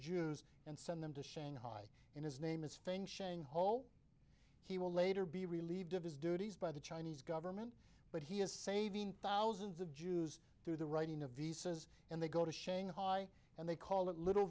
jews and send them to shanghai in his name is fain shang whole he will later be relieved of his duties by the chinese government but he is saving thousands of jews through the writing of visas and they go to shanghai and they call it little